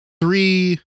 three